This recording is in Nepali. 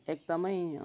एकदमै